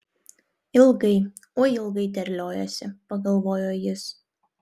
ilgai oi ilgai terliojasi pagalvojo jis